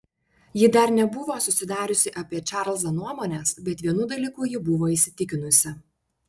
ji dar nebuvo susidariusi apie čarlzą nuomonės bet vienu dalyku ji buvo įsitikinusi